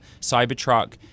Cybertruck